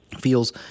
feels